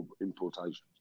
importations